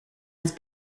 his